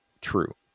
true